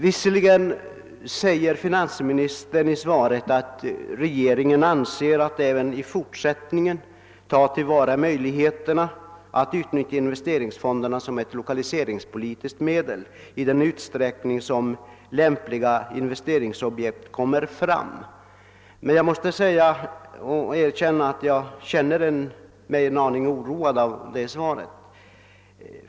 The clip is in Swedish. Visserligen säger finansministern i svaret att »regeringen avser att även i fortsättningen ta till vara möjligheterna att utnyttja investeringsfonderna som lokaliseringspolitiskt medel i den utsträckning som lämpliga investeringsobjekt kommer fram», men jag måste säga att jag känner mig en aning oroad av det svaret.